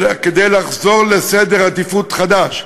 אלא כדי לחזור לסדר עדיפויות חדש.